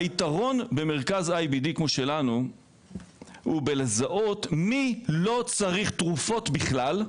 היתרון במרכז IBD כמו שלנו הוא בלזהות מי לא צריך תרופות בכלל,